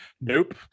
Nope